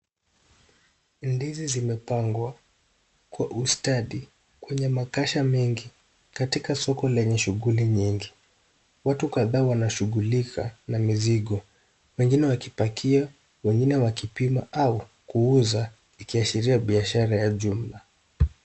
Ndizi zimepangwa Kwa ustadi kwenye makasha katika soko lenye shughuli nyingi. Watu kadhaa wanashughulika na mizigo wengine wakipakia, wengine wakipima au kuuza ikiashiria biashara ya jumla.